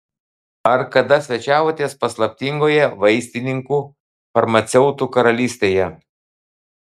ar kada svečiavotės paslaptingoje vaistininkų farmaceutų karalystėje